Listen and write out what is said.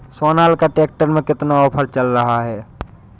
Sonalika tractor में कितना offer चल रहा है?